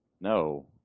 no